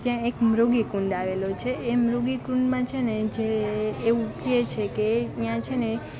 ત્યાં એક મૃગી કુંડ આવેલો છે એ મૃગી કુંડમાં છે ને જે એવું કહે છે કે ત્યાં છે ને